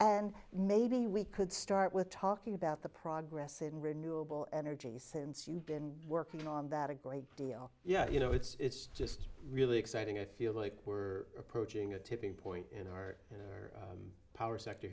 and maybe we could start with talking about the progress in renewable energy since you've been working on that a great deal yeah you know it's just really exciting i feel like we're approaching a tipping point in our power sector